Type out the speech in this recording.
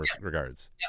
regards